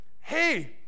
Hey